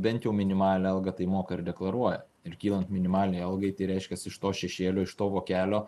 bent jau minimalią algą tai moka ir deklaruoja ir kylant minimaliai algai tai reiškias iš to šešėlio iš to vokelio